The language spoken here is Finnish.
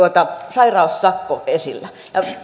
sairaussakko esillä